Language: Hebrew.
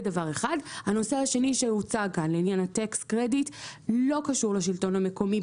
הנושא השני שהוצג כאן לעניין ה- Tax creditלא קשור לשלטון המקומי,